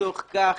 ולצורך כך